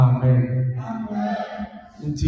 Amen